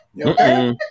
Okay